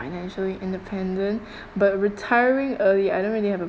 financially independent but retiring early I don't really have a